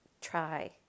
Try